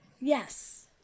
Yes